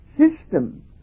system